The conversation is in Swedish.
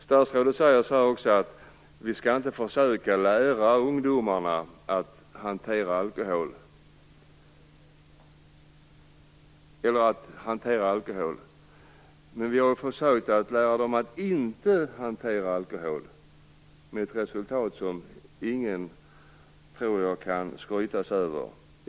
Statsrådet sade också att vi inte skall försöka att lära ungdomarna att hantera alkohol. Men vi har ju försökt att lära dem att inte hantera alkohol med ett resultat som ingen, tror jag, kan skryta över.